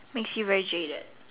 makes you very jaded